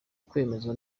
kwemezwa